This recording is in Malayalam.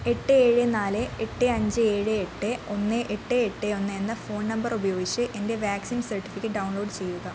എട്ട് ഏഴ് നാല് എട്ട് അഞ്ച് ഏഴ് എട്ട് ഒന്ന് എട്ട് എട്ട് ഒന്ന് എന്ന ഫോൺ നമ്പർ ഉപയോഗിച്ച് എൻ്റെ വാക്സിൻ സർട്ടിഫിക്കറ്റ് ഡൗൺലോഡ് ചെയ്യുക